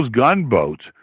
gunboats